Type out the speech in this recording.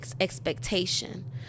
expectation